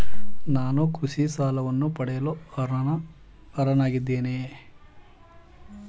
ನಾನು ಕೃಷಿ ಸಾಲವನ್ನು ಪಡೆಯಲು ಅರ್ಹನಾಗಿದ್ದೇನೆಯೇ?